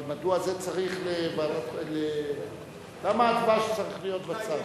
אבל מדוע זה צריך, למה הדבש צריך להיות בצו?